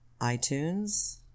iTunes